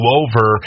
over